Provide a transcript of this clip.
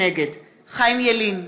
נגד חיים ילין,